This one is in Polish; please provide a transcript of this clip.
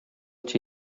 cię